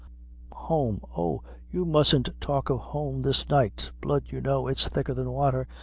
home! oh, you mustn't talk of home this night. blood, you know, is thicker than wather,